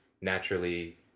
naturally